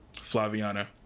Flaviana